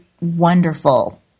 wonderful